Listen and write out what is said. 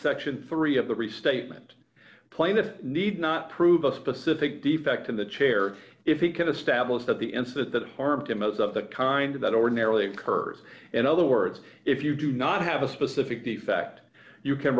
section three of the restatement plaintiff need not prove a specific defect in the chair if he can establish that the incident that harmed him as of the kind that ordinarily occurs in other words if you do not have a specific the fact you can